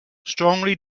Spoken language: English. strongly